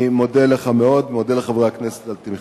אני מודה לך מאוד, מודה לחברי הכנסת על התמיכה.